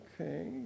Okay